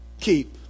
keep